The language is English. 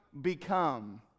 become